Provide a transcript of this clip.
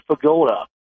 pagoda